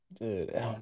Dude